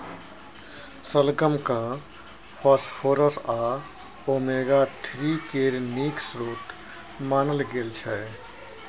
शलगम केँ फास्फोरस आ ओमेगा थ्री केर नीक स्रोत मानल गेल छै